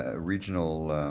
ah regional